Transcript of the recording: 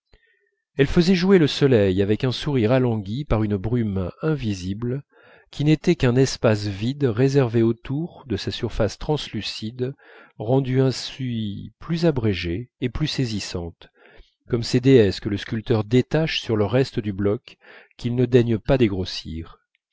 elle faisait jouer le soleil avec un sourire alangui par une brume invisible qui n'était qu'un espace vide réservé autour de sa surface translucide rendue ainsi plus abrégée et plus saisissante comme ces déesses que le sculpteur détache sur le reste du bloc qu'il ne daigne pas dégrossir